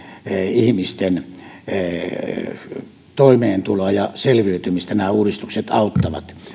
ihmisten toimeentuloa ja selviytymistä nämä uudistukset auttavat